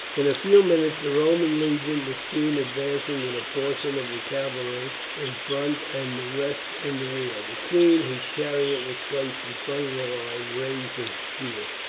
in a few minutes the roman legion was seen advancing, with a portion of the cavalry in front and the rest in the rear. the queen, whose chariot was placed in front of the line, raised her spear.